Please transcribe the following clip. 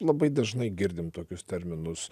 labai dažnai girdim tokius terminus